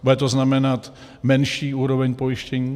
Bude to znamenat menší úroveň pojištění?